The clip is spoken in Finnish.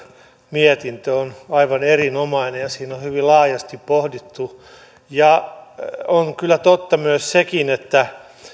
mietintö on aivan erinomainen ja siinä on hyvin laajasti pohdittu asiaa on kyllä totta myös sekin että